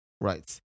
right